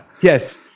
Yes